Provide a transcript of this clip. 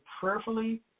prayerfully